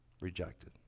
rejected